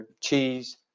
cheese